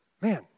Man